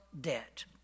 debt